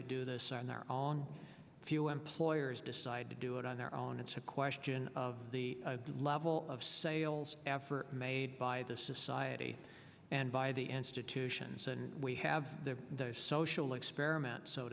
to do this on their on few employers decide to do it on their own it's a question of the level of sales effort made by the society and by the answer to sions and we have the social experiment so